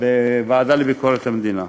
בוועדה לביקורת המדינה.